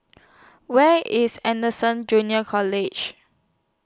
Where IS Anderson Junior College